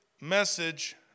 message